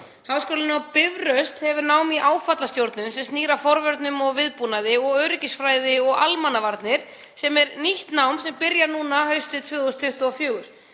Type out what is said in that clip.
Háskólinn á Bifröst býður upp á nám í áfallastjórnun sem snýr að forvörnum og viðbúnaði, öryggisfræði og almannavörnum, sem er nýtt nám sem byrjar núna haustið 2024.